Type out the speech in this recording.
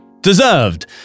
Deserved